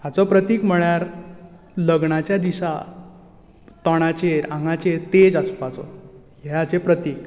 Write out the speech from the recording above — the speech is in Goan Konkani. हाचें प्रतीक म्हळ्यार लग्नाच्या दिसा तोंडाचेर आंगाचेर तेज आसपाचो हें हाचें प्रतीक